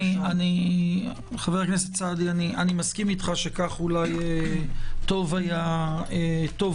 אני מסכים אתך שכך אולי טוב היה לנהוג,